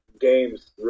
games